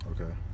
Okay